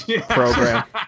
program